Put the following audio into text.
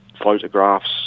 photographs